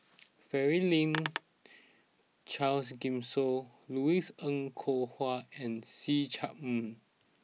Franklin Charles Gimson Louis Ng Kok Kwang and See Chak Mun